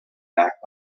back